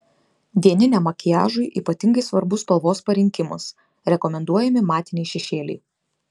dieniniam makiažui ypatingai svarbus spalvos parinkimas rekomenduojami matiniai šešėliai